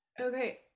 Okay